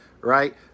right